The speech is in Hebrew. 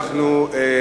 הוא לא קרא את הדוח,